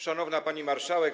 Szanowna Pani Marszałek!